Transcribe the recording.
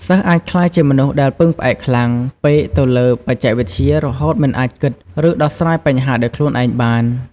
សិស្សអាចក្លាយជាមនុស្សដែលពឹងផ្អែកខ្លាំងពេកទៅលើបច្ចេកវិទ្យា រហូតមិនអាចគិត ឬដោះស្រាយបញ្ហាដោយខ្លួនឯងបាន។